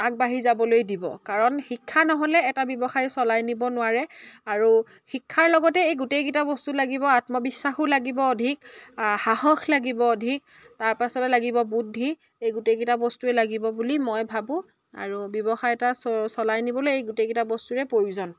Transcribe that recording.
আগবাঢ়ি যাবলৈ দিব কাৰণ শিক্ষা নহ'লে এটা ব্যৱসায় চলাই নিব নোৱাৰে আৰু শিক্ষাৰ লগতে এই গোটেইকেইটা বস্তু লাগিব আত্মবিশ্বাসো লাগিব অধিক সাহস লাগিব অধিক তাৰপাছতে লাগিব বুদ্ধি এই গোটেইকেইটা বস্তুৱে লাগিব বুলি মই ভাবোঁ আৰু ব্যৱসায় এটা চ চলাই নিবলৈ এই গোটেইকেইটা বস্তুৰে প্ৰয়োজন